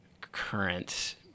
current